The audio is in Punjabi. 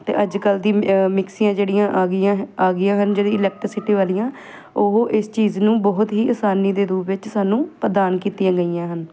ਅਤੇ ਅੱਜ ਕੱਲ੍ਹ ਦੀ ਮਿਕਸੀਆਂ ਜਿਹੜੀਆਂ ਆ ਗਈਆਂ ਆ ਗਈਆਂ ਹਨ ਜਿਹੜੀ ਇਲੈਕਟ੍ਰੀਸਿਟੀ ਵਾਲੀਆਂ ਉਹ ਇਸ ਚੀਜ਼ ਨੂੰ ਬਹੁਤ ਹੀ ਆਸਾਨੀ ਦੇ ਰੂਪ ਵਿੱਚ ਸਾਨੂੰ ਪ੍ਰਦਾਨ ਕੀਤੀਆਂ ਗਈਆਂ ਹਨ